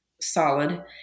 solid